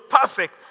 perfect